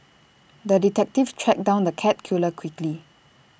the detective tracked down the cat killer quickly